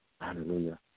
Hallelujah